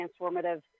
transformative